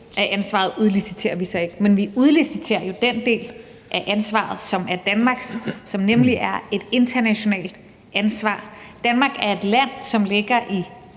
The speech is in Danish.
af ansvaret udliciterer vi så ikke, men vi udliciterer den del af ansvaret, som er Danmarks, og som nemlig er vores ansvar internationalt. Danmark er et land, som ligger i